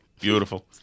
Beautiful